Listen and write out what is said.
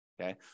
okay